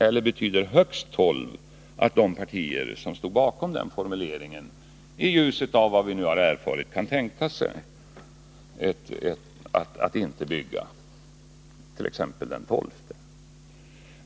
Eller betyder högst tolv att de partier som stod bakom den formuleringen nu i ljuset av vad vi erfarit kan tänka sig att inte bygga exempelvis den tolfte reaktorn?